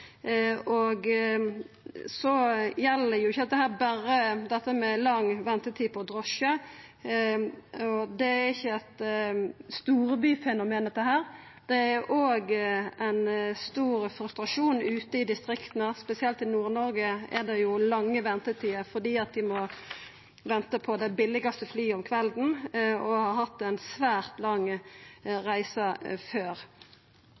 gjeld ikkje berre lang ventetid på drosje. Dette er ikkje eit storbyfenomen, det er òg ein stor frustrasjon ute i distrikta. Spesielt i Nord-Noreg er det lange ventetider fordi dei må venta på det billigaste flyet om kvelden, og dei har hatt ei svært lang reise før.